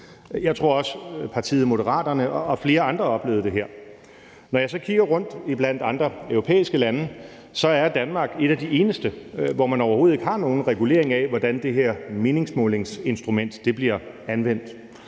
Jeg tror også, at partiet Moderaterne og flere andre oplevede det her. Når jeg så kigger rundt blandt andre europæiske lande, så er Danmark et af de eneste, hvor man overhovedet ikke har nogen regulering af, hvordan det her meningsmålingsinstrument bliver anvendt.